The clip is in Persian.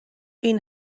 این